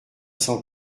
cent